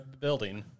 building